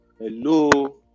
hello